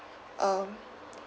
um